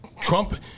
Trump